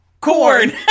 corn